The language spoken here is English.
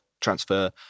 transfer